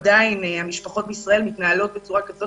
עדיין המשפחות בישראל מתנהלות בצורה כזו